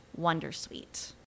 wondersuite